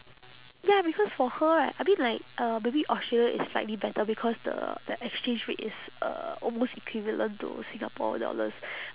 ya because for her right I mean like uh maybe australia is slightly better because the the exchange rate is uh almost equivalent to singapore dollars